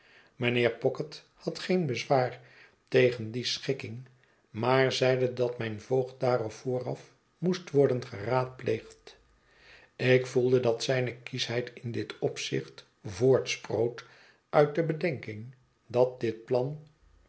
mijnheer pocket had geen bezwaar tegen die schikking maar zeide dat mijn voogd daarover vooraf moest worden geraadpleegd ik gevoelde dat zijne kieschheid in dit opzicht voortsproot uit de bedenking dat dit plan